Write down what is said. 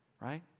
right